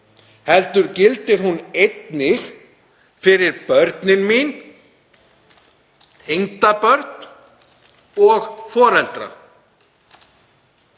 heldur gildir hún einnig fyrir börnin mín, tengdabörn og foreldra.